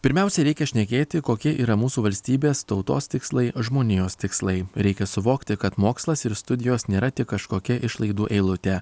pirmiausia reikia šnekėti kokie yra mūsų valstybės tautos tikslai žmonijos tikslai reikia suvokti kad mokslas ir studijos nėra tik kažkokia išlaidų eilutė